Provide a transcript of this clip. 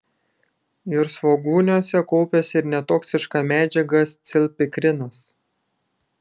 jūrsvogūniuose kaupiasi ir netoksiška medžiaga scilpikrinas